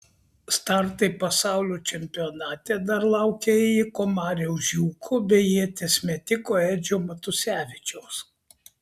startai pasaulio čempionate dar laukia ėjiko mariaus žiūko bei ieties metiko edžio matusevičiaus